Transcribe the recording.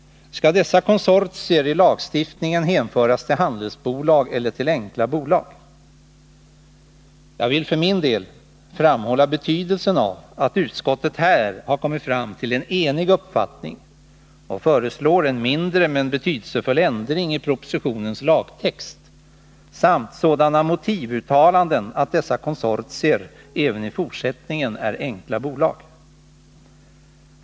Skall dessa konsortier i lagstiftningen hänföras till handelsbolag eller till enkla bolag? Jag vill för min del framhålla betydelsen av att utskottet här har kommit fram till en enig uppfattning och föreslår en mindre men betydelsefull ändring i propositionens lagtext samt sådana motivuttalanden att dessa konsortier även i fortsättningen är enkla bolag.